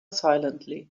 silently